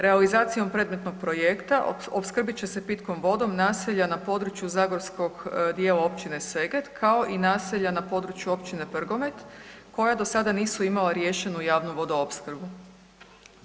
Realizacijom predmetnog projekta opskrbit će se pitkom vodom naselja na području zagorskog dijela općine Seget, kao i naselja na području općine Prgomet koja do sada nisu imala riješenu javnu vodoopskrbu.